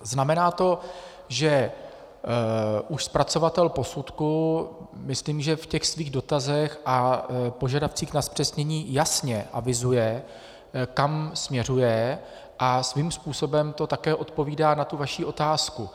Znamená to, že už zpracovatel posudku, myslím, že v těch svých dotazech a požadavcích na zpřesnění jasně avizuje, kam směřuje, a svým způsobem to také odpovídá na vaši otázku.